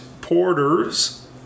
porter's